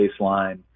baseline